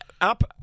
up